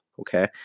okay